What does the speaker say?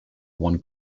one